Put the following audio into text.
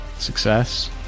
success